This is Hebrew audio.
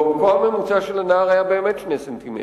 ועומקו הממוצע של הנהר היה באמת שני סנטימטרים.